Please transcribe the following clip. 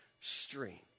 strength